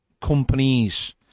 companies